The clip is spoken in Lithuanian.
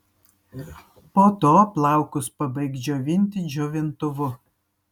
po to plaukus pabaik džiovinti džiovintuvu